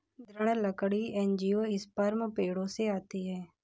दृढ़ लकड़ी एंजियोस्पर्म पेड़ों से आती है